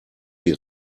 die